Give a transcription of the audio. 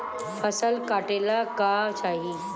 फसल काटेला का चाही?